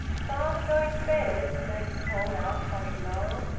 father going to bed? maggie called out from below.